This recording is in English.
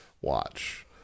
watch